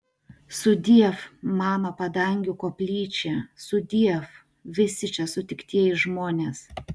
sudiev mano padangių koplyčia sudiev visi čia sutiktieji žmonės